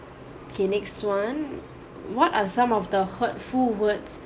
okay next one what are some of the hurtful words